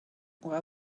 why